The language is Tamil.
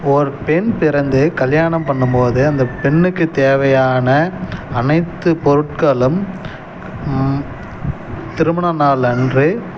ஒரு பெண் பிறந்து கல்யாணம் பண்ணும் போது அந்த பெண்ணுக்கு தேவையான அனைத்து பொருட்களும் திருமண நாள் அன்று